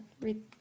read